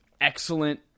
excellent